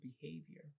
behavior